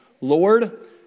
Lord